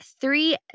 three